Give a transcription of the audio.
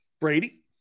Brady